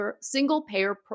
single-payer